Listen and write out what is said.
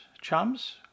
chums